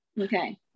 Okay